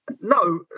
No